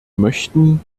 möchten